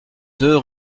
deux